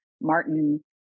Martin